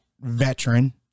veteran